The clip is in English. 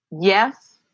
Yes